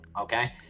okay